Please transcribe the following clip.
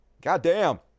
Goddamn